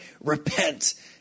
Repent